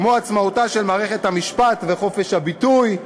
כמו עצמאותה של מערכת המשפט וחופש הביטוי.